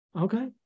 Okay